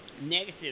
negative